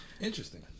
Interesting